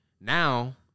Now